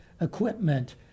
equipment